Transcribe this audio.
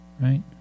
Right